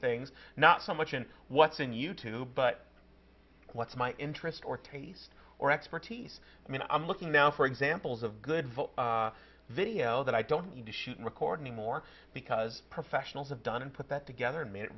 things not so much in what's in you tube but what's my interest or taste or expertise i mean i'm looking now for examples of good vote video that i don't need to recording more because professionals have done and put that together and made it